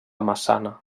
massana